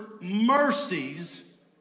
mercies